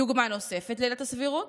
דוגמה נוספת לעילת הסבירות,